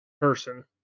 person